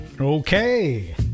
okay